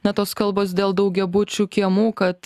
na tos kalbos dėl daugiabučių kiemų kad